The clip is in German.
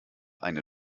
eine